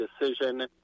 decision